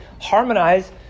harmonize